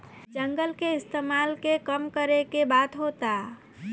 जंगल के इस्तेमाल के कम करे के बात होता